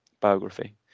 biography